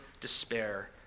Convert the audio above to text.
despair